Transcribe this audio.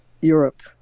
Europe